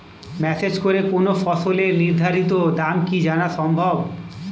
Message করে কোন ফসলের নির্ধারিত দাম কি জানা সম্ভব?